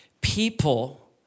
people